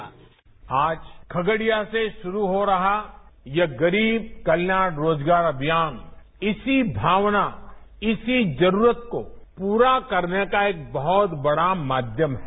bite आज खगड़िया से शुरू हो रहा यह गरीब कल्याण रोजगार अभियान इसी भावना इसी जरूरत को पूरा करने का बहुत बड़ा माध्यम है